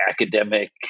academic